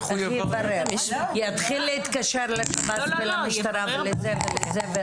יתחיל להתקשר למשטרה ולזה ולזה?